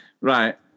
right